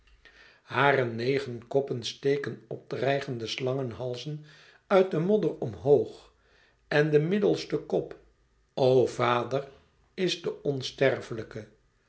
hare negen koppen steken op dreigende slangenhalzen uit den modder omhoog en de middelste kop o vader is de onsterflijke